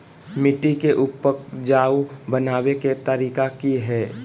मिट्टी के उपजाऊ बनबे के तरिका की हेय?